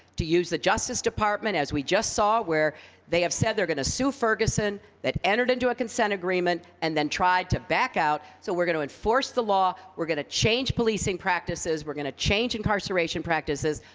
to use the justice department, as we just saw, they have said they are going to sue ferguson, that entered into a consent agreement, and then tried to back out. so, we're going to enforce the law, we're going to change policing practices, we're going to change incarceration practices,